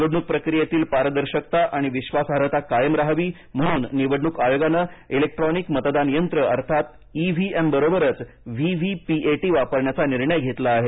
निवडणूक प्रक्रियेतील पारदर्शकता आणि विश्वासार्हता कायम राहावी म्हणून निवडणूक आयोगानं इलेक्ट्रोनिक मतदान यंत्र अर्थात इ व्ही एम बरोबरच V V P A T वापरण्याचा निर्णय घेतला आहे